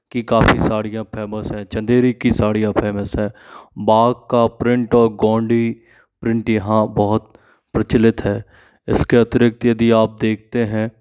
की काफ़ी साड़ियां फ़ेमस है चंदेरी की साड़ियाँ फ़ेमस है बाग का प्रिंट और गोंडी प्रिंट यहाँ बहुत प्रचलित है इसके अतिरिक्त यदि आप देखते हैं